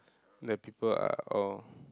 the people are all